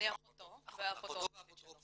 אני אחותו ואפוטרופסית שלו.